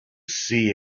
see